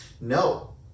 No